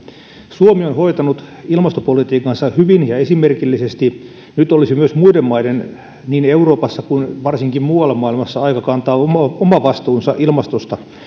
suomi on hoitanut ilmastopolitiikkansa hyvin ja esimerkillisesti nyt olisi myös muiden maiden niin euroopassa kuin varsinkin muualla maailmassa aika kantaa oma oma vastuunsa ilmastosta